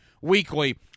weekly